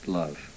love